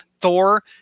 Thor